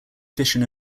fission